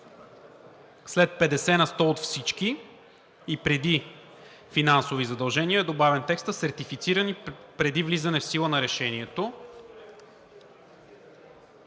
след „50 на сто от всички“ и преди „финансови задължения“ е добавен текстът „сертифицирани преди влизане в сила на решението“.